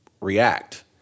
react